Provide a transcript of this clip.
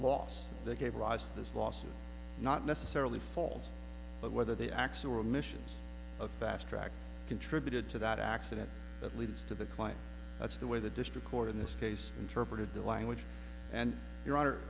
loss that gave rise to this lawsuit not necessarily fault but whether the acts or missions of fast track contributed to that accident that leads to the client that's the way the district court in this case interpreted the language and you